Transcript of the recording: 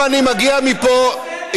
אתה רואה,